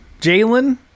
jalen